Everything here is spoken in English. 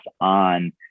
on